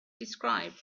described